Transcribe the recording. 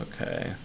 Okay